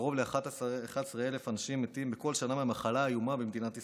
קרוב ל-11,000 אנשים מתים בכל שנה מהמחלה האיומה במדינת ישראל.